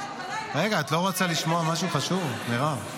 --- את לא רוצה לשמוע משהו חשוב, מירב?